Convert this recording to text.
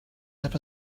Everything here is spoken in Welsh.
heb